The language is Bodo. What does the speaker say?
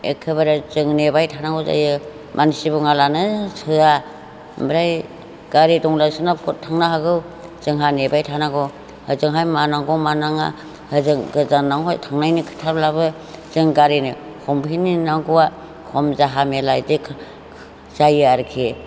एखेबारे जों नेबाय थानांगौ जायो मानसि बुङाब्लानो सोआ ओमफ्राय गारि थानायफोरा पुत थांनो हागौ जोंहा नेबाय थानांगौ होजोंहाय मा नांगौ मा नाङा होजों गोजानावहाय थांनायनि खोथाब्लाबो जों गारिनो हमहैनो नेनांगौआ खम जाहा मेला बिदि जायो आरोखि